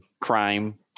crime